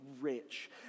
rich